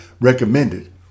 recommended